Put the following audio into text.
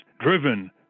driven